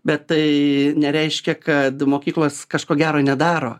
bet tai nereiškia kad mokyklos kažko gero nedaro